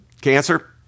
Cancer